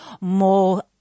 more